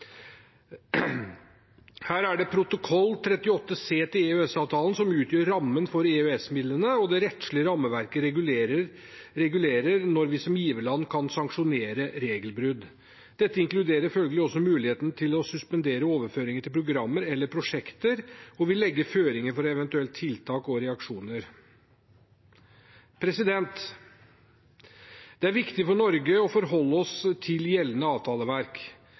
Her er det protokoll 38c til EØS-avtalen som utgjør rammen for EØS-midlene, og det rettslige rammeverket regulerer når vi som giverland kan sanksjonere regelbrudd. Dette inkluderer følgelig også muligheten til å suspendere overføringer til programmer eller prosjekter og vil legge føringer for eventuelle tiltak og reaksjoner. Det er viktig for Norge å forholde oss til gjeldende avtaleverk.